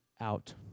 out